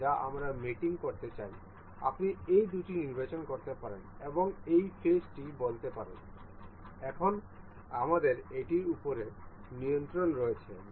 আবার আমরা দেখতে পাচ্ছি যে এটি ম্যাটিংয়ে যাবে এই ছোট্ট নীল ট্যাবটি এটি নির্বাচন করুন এবং যদি আপনি এই ফেস টি এই ফেসের সাথে মিলিত করতে চান তবে আমরা এটি ক্লিক করব আমরা দেখতে পাচ্ছি যে এই দুটি একে অপরের সাথে সংযুক্ত রয়েছে